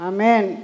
Amen